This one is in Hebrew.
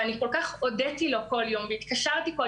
כל כך הודיתי לו כל יום והתקשרתי כל